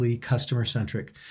customer-centric